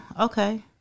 okay